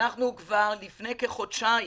כבר לפני כחודשיים